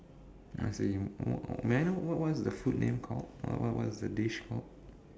as in what may I know what what is the food name called or what what is the dish called